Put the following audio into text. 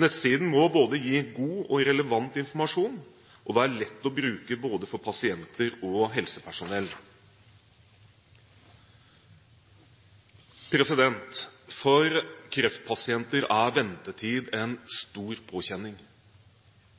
Nettsiden må gi både god og relevant informasjon og være lett å bruke for både pasienter og helsepersonell. For kreftpasienter er ventetid en stor påkjenning